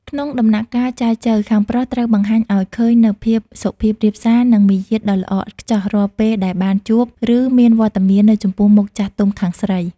ក្នុងដំណាក់កាលចែចូវ ខាងប្រុសត្រូវបង្ហាញឱ្យឃើញនូវភាពសុភាពរាបសារ និងមារយាទដ៏ល្អឥតខ្ចោះរាល់ពេលដែលបានជួប ឬមានវត្តមាននៅចំពោះមុខចាស់ទុំខាងស្រី។